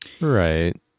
Right